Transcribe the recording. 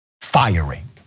firing